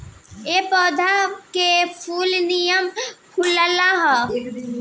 ए पौधा के फूल निमन फुलाला